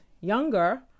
younger